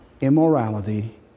immorality